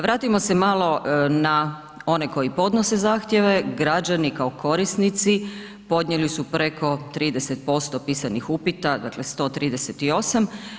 Vratimo se malo na one koji podnose zahtjeve, građani kao korisnici podnijeli su preko 30% pisanih upita, dakle, 138.